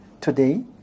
today